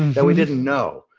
that we didn't know.